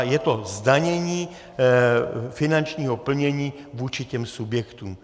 Je to zdanění finančního plnění vůči těm subjektům.